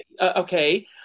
Okay